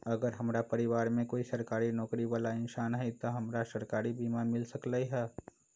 अगर हमरा परिवार में कोई सरकारी नौकरी बाला इंसान हई त हमरा सरकारी बीमा मिल सकलई ह?